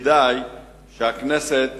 כדאי שהכנסת